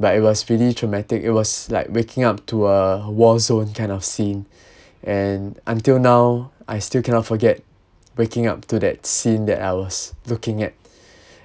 but it was really traumatic it was like waking up to a war zone kind of scene and until now I still cannot forget waking up to that scene that I was looking at